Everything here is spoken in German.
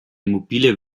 mobile